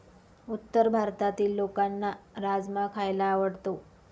उत्तर भारतातील लोकांना राजमा खायला आवडतो